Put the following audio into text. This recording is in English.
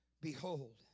behold